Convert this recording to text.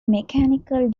mechanical